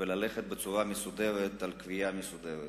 וללכת בצורה מסודרת על קביעה מסודרת.